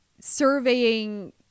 surveying